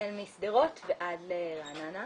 החל משדרות ועד לרעננה.